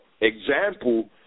example